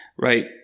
right